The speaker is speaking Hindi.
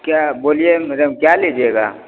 क्या बोलिए मैडम क्या लीजिएगा